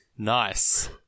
Nice